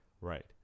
Right